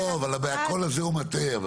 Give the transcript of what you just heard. ה"בהכל" הזה הוא מטעה.